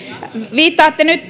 viittaatte nyt